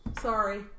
Sorry